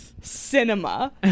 Cinema